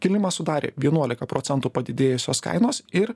kilimą sudarė vienuolika procentų padidėjusios kainos ir